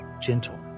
gentle